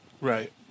Right